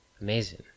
Amazing